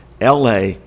LA